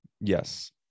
Yes